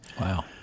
Wow